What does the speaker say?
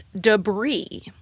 debris